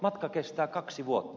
matka kestää kaksi vuotta